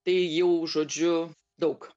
tai jau žodžiu daug